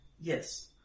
Yes